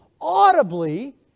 audibly